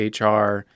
HR